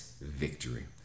victory